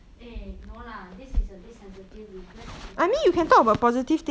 eh no lah this is a bit sensitive we let's not talk about this